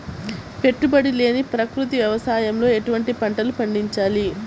పెట్టుబడి లేని ప్రకృతి వ్యవసాయంలో ఎటువంటి పంటలు పండించాలి?